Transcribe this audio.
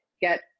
get